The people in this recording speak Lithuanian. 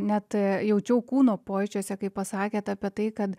net jaučiau kūno pojūčiuose kaip pasakėt apie tai kad